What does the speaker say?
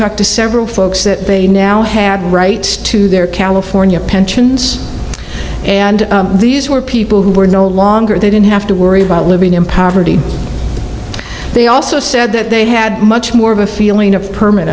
talked to several folks that they now have rights to their california pensions and these were people who were no longer they didn't have to worry about living in poverty they also said that they had much more of a feeling of perm